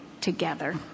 together